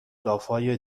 دافای